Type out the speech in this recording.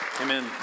Amen